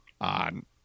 on